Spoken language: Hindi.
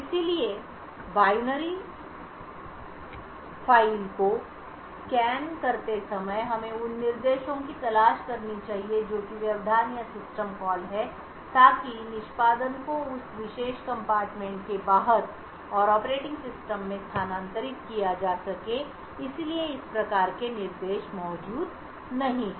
इसलिए बाइनरी फ़ाइल को स्कैन करते समय हमें उन निर्देशों की तलाश करनी चाहिए जो कि व्यवधान या सिस्टम कॉल हैं ताकि निष्पादन को उस विशेष डिब्बे के बाहर और ऑपरेटिंग सिस्टम में स्थानांतरित किया जा सके इसलिए इस प्रकार के निर्देश मौजूद नहीं हैं